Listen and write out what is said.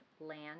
land